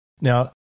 Now